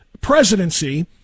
presidency